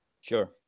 Sure